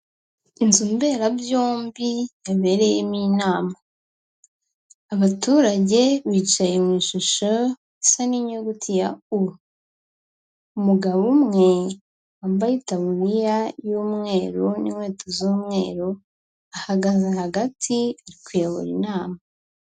Inzu mberabyombi yabereyemo inama, abaturage bicaye mu ishusho isa n'inyuguti ya u, umugabo umwe wambaye itaburiya y'umweru n'inkweto z'umweru ahagaze hagati ari kuyobora inama.